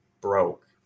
broke